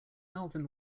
alvin